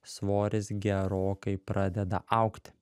svoris gerokai pradeda augti